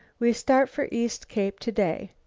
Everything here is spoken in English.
we start for east cape today.